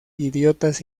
idiotas